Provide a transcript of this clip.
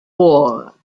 war